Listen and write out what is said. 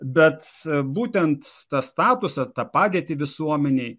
bet būtent tą statusą tą padėtį visuomenėj